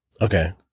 Okay